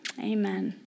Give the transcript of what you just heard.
Amen